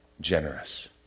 generous